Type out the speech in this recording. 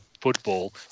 football